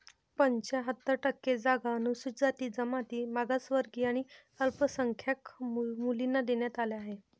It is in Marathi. पंच्याहत्तर टक्के जागा अनुसूचित जाती, जमाती, मागासवर्गीय आणि अल्पसंख्याक मुलींना देण्यात आल्या आहेत